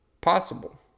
possible